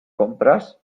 compras